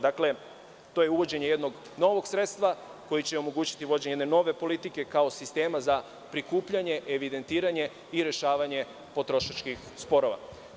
Dakle, to je uvođenje jednog novog sredstva koje će omogućiti vođenje jedne nove politike kao sistema za prikupljanje, evidentiranje i rešavanje potrošačkih sporova.